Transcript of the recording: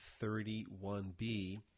31b